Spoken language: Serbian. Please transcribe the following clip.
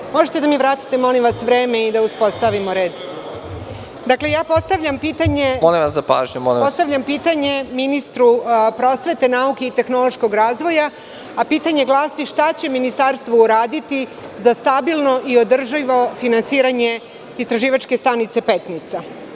Da li možete da mi vratite vreme i da uspostavimo red? (Predsednik: Molim vas za pažnju.) Postavljam pitanje ministru prosvete, nauke i tehnološkog razvoja, a pitanje glasi – šta će ministarstvo uraditi za stabilno i održivo finansiranje istraživačke stanice Petnica?